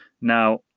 Now